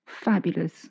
Fabulous